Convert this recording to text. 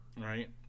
Right